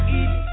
eat